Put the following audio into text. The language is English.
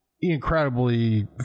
incredibly